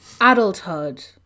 adulthood